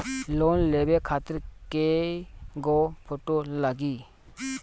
Loan लेवे खातिर कै गो फोटो लागी?